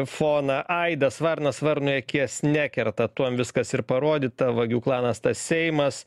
foną aidas varnas varnui akies nekerta tuom viskas ir parodyta vagių klanas tas seimas